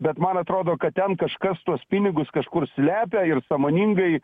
bet man atrodo kad ten kažkas tuos pinigus kažkur slepia ir sąmoningai